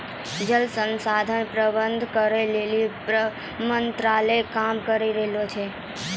जल संसाधन प्रबंधन करै लेली मंत्रालय काम करी रहलो छै